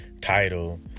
title